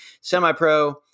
semi-pro